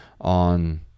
on